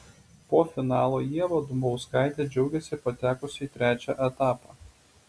po finalo ieva dumbauskaitė džiaugėsi patekusi į trečią etapą